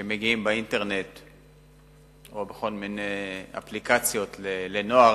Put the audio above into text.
שמגיעים באינטרנט או בכל מיני אפליקציות לנוער,